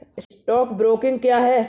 Stock broking क्या है?